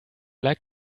like